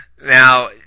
Now